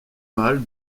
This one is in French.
mâle